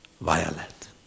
violet